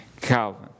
Calvin